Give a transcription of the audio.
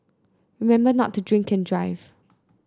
remember not to drink and drive